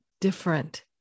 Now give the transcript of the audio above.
different